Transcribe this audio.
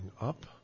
up